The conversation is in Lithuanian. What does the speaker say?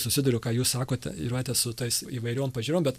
susiduriu ką jūs sakote ir vat esu tas įvairiom pažiūrom bet